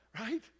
Right